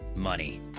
Money